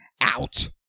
out